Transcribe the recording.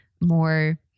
more